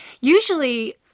Usually